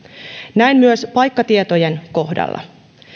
näin myös paikkatietojen kohdalla